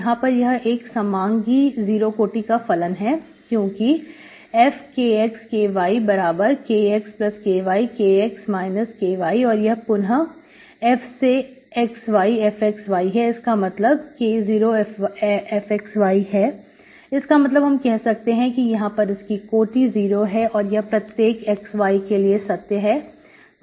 यहां पर यह एक समांगी जीरो कोटि का फलन है क्योंकि fKxKyKxKy Kx Ky और यह पुनः f से x y fxy है इसका मतलब हुआ K0fxy इसका मतलब हम कह सकते हैं कि यहां पर इसकी कोटि जीरो है और यह प्रत्येक x y के लिए सत्य है